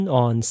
on